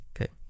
Okay